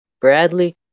Bradley